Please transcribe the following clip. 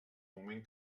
moment